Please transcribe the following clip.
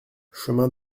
chemin